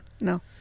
No